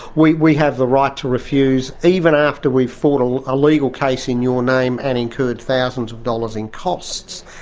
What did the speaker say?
we we have the right to refuse, even after we've fought a ah legal case in your name and incurred thousands of dollars in costs.